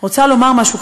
רוצה לומר משהו,